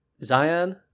Zion